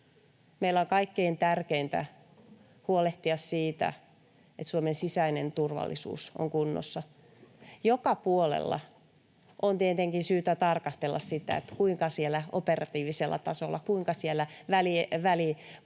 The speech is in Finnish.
Meillä on kaikkein tärkeintä huolehtia siitä, että Suomen sisäinen turvallisuus on kunnossa. Joka puolella on tietenkin syytä tarkastella, kuinka siellä operatiivisella tasolla tai siellä väliportaassa